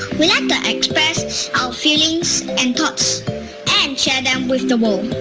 we like to express our feelings and thoughts and share them with the world.